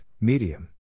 Medium